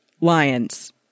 Lions